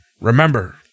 Remember